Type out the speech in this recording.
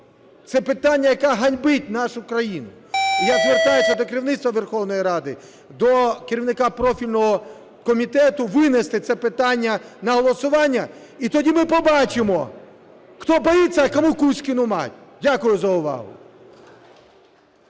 Це питання, яке ганьбить нашу країну. Я звертаюсь до керівництва Верховної Ради України, до керівника профільного комітету винести це питання на голосування. І тоді ми побачимо – хто боїться, а кому "кузькину мать". Дякую за увагу.